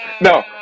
no